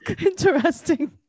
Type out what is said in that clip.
interesting